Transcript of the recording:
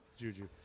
Juju